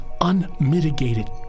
unmitigated